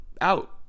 out